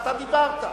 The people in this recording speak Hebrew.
אתה דיברת.